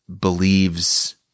believes